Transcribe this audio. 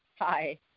Hi